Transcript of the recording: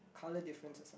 colour differences